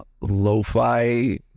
lo-fi